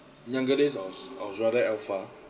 younger days I was I was rather alpha